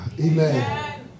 Amen